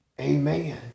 Amen